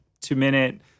two-minute